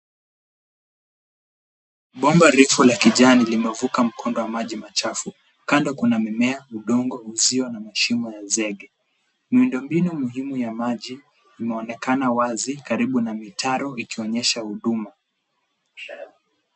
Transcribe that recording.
Bomba refu la kijani limevuka mkondo ya maji machafu. Kando kuna mimea, udongo, usio na mashimu ya zege. Miundo mbinu muhimu ya maji unaonekana wazi karibu na mitaro ikionyesha huduma.